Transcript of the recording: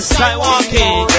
Skywalking